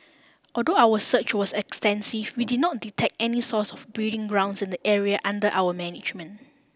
although our search was extensive we did not detect any source or breeding grounds in the areas under our management